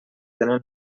tenen